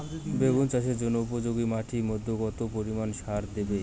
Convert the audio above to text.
বেগুন চাষের জন্য উপযোগী মাটির মধ্যে কতটা পরিমান সার দেব?